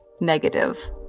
negative